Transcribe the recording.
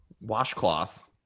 washcloth